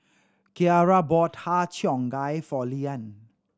Kiarra bought Har Cheong Gai for Leeann